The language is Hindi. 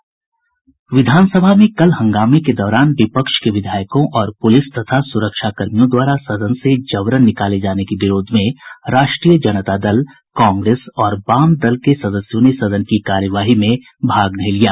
विधान सभा में कल हंगामे के दौरान विपक्ष के विधायकों को पुलिस तथा सुरक्षा कर्मियों द्वारा सदन से जबरन निकाले जाने के विरोध में राष्ट्रीय जनता दल कांग्रेस और वामदलों के सदस्यों ने सदन की कार्यवाही में भाग नहीं लिया